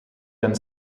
ben